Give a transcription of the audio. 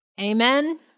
Amen